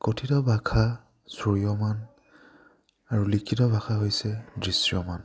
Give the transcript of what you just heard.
কথিত ভাষা শ্ৰেয়মান আৰু লিখিত ভাষা হৈছে দৃশ্যমান